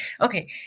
okay